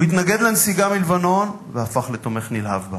הוא התנגד לנסיגה מלבנון והפך לתומך נלהב בה.